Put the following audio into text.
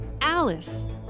Alice